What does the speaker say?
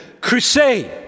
crusade